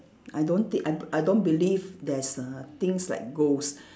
I don't take I I don't believe there's err things like ghost